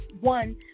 one